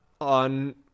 on